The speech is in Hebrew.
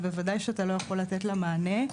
אז בוודאי שאתה לא יכול לתת לה מענה.